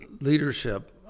leadership